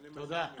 אני מסכים איתך.